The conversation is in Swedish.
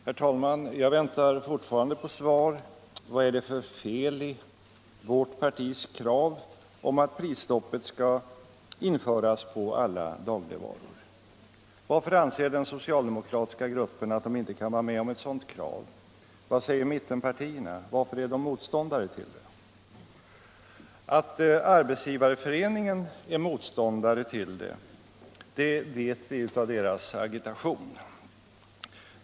Herr talman! Jag väntar fortfarande ett svar på frågan vad det är för fel med vårt partis krav om prisstopp på alla dagligvaror. Varför kan den socialdemokratiska gruppen inte ställa sig bakom ett sådant krav? Vad säger mittenpartierna, och varför är de motståndare till vårt krav? Att Arbetsgivareföreningen är motståndare till det, vet vi av dess agitation.